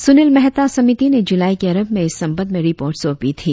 सुनील मेहता समिति ने जुलाई के आरंभ में इस संबंध में रिपोर्ट सौंपी थी